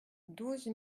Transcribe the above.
douze